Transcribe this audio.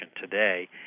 today